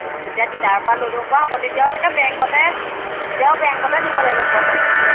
অঁ তেতিয়া ডিলাৰৰ পৰা লৈ ল'ব পৰা হ'ব তেতিয়াও চাগে বেংকতে তেতিয়াও বেংকতে দিব লাগিব পইচা চাগে